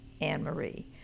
Anne-Marie